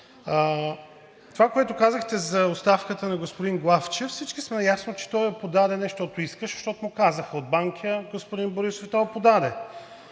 Това, което казахте за оставката на господин Главчев, всички са наясно, че той я подаде не защото искаше, а защото му казаха от Банкя – господин Борисов, и той я подаде,